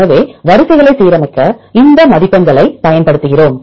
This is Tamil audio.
எனவே வரிசைகளை சீரமைக்க இந்த மதிப்பெண்களைப் பயன்படுத்துகிறோம்